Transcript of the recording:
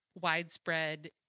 widespread